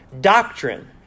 doctrine